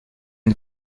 une